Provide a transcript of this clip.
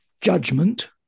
judgment